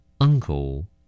uncle